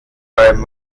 beim